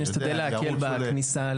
נשתדל להקל בכניסה למשרד ראש הממשלה.